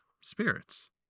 spirits